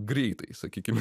greitai sakykim